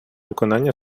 виконання